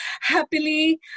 happily